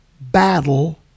battle